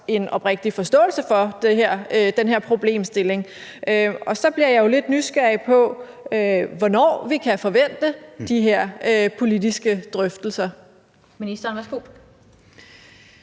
en oprigtig forståelse for den her problemstilling. Så bliver jeg jo lidt nysgerrig på, hvornår vi kan forvente de her politiske drøftelser. Kl. 16:21 Den fg.